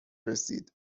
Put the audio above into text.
رسید